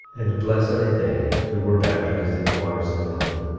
and blessed are they who were baptized in the waters of mormon.